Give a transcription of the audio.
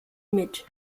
mit